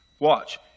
watch